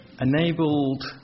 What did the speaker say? enabled